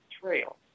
Trail